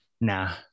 Nah